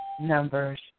numbers